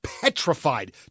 petrified